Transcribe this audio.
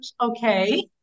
okay